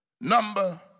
Number